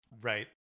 right